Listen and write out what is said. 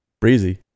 Breezy